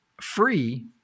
Free